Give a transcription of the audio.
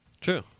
True